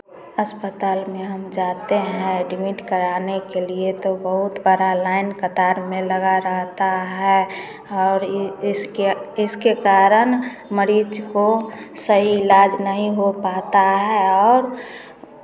अस्पताल में हम जाते हैं एडमिट कराने के लिए तो बहुत बड़ा लाइन कतार में लगा रहता है और इ इसके इसके कारण मरीज़ को सही इलाज नहीं हो पाता है और